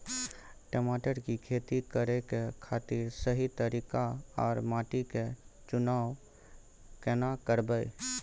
टमाटर की खेती करै के खातिर सही तरीका आर माटी के चुनाव केना करबै?